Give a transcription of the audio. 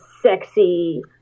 sexy